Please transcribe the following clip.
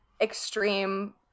extreme